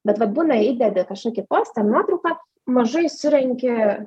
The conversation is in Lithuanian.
bet vat būna įdedi kažkokį postą nuotrauką mažai surenki